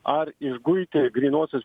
ar išguiti grynuosius